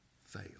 fail